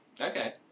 Okay